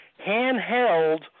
handheld